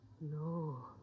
No